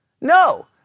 No